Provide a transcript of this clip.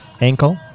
ankle